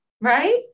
Right